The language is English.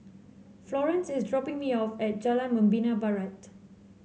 Florence is dropping me off at Jalan Membina Barat